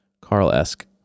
Carl-esque